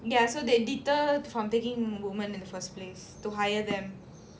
ya so they deter from taking women in the first place to hire them